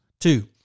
Two